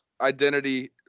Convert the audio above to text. identity